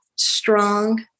strong